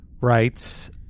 writes